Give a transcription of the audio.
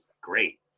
great